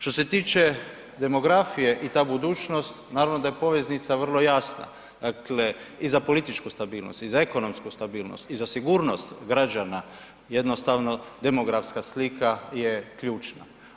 Što se tiče demografije i ta budućnost, naravno da je poveznica vrlo jasno dakle, i za političku stabilnost i za ekonomsku stabilnost i za sigurnost građana jednostavno, demografska slika je ključna.